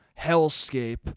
Hellscape